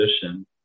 position